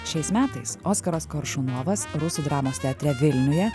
šiais metais oskaras koršunovas rusų dramos teatre vilniuje